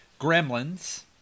Gremlins